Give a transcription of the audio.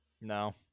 No